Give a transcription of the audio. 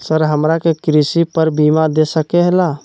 Sir हमरा के कृषि पर बीमा दे सके ला?